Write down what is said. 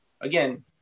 again